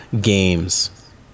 games